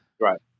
Right